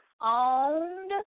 owned